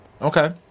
Okay